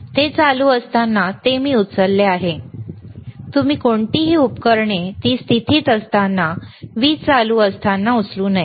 ते चालू असताना मी ते उचलले आहे तुम्ही कोणतीही उपकरणे ती स्थितीत असताना वीज चालू असताना उचलू नये